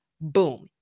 Boom